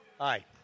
Hi